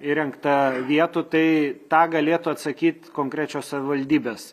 įrengta vietų tai tą galėtų atsakyt konkrečios savivaldybės